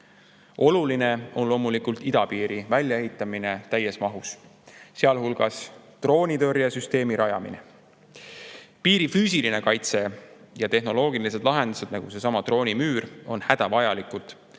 Oluline on loomulikult idapiiri väljaehitamine täies mahus, sealhulgas droonitõrjesüsteemi rajamine. Piiri füüsiline kaitse ja tehnoloogilised lahendused, nagu seesama droonimüür, on hädavajalikud,